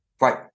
right